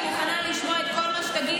אני מוכנה לשמוע את כל מה שתגידי,